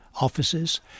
offices